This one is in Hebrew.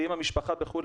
ואם המשפחה בחו"ל,